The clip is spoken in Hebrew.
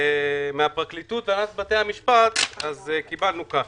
מן הפרקליטות והנהלת בתי המשפט קיבלנו תשובות כדלקמן,